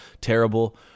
terrible